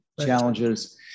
challenges